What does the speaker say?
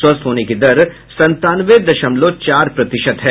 स्वस्थ होने की दर संतानवे दशमलव चार प्रतिशत है